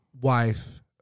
wife